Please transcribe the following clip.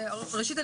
ראשית,